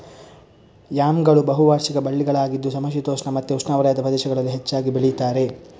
ಯಾಮ್ಗಳು ಬಹು ವಾರ್ಷಿಕ ಬಳ್ಳಿಗಳಾಗಿದ್ದು ಸಮಶೀತೋಷ್ಣ ಮತ್ತೆ ಉಷ್ಣವಲಯದ ಪ್ರದೇಶಗಳಲ್ಲಿ ಹೆಚ್ಚಾಗಿ ಬೆಳೀತಾರೆ